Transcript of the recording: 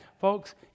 Folks